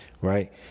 Right